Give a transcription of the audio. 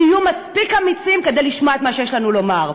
תהיו מספיק אמיצים כדי לשמוע את מה שיש לנו לומר.